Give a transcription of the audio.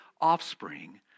offspring